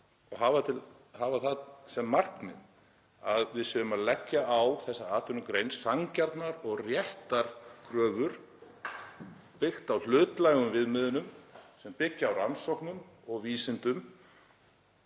og hafa það sem markmið að við séum að leggja á þessa atvinnugrein sanngjarnar og réttar kröfur, byggðar á hlutlægum viðmiðunum sem byggja á rannsóknum og vísindum